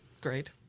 great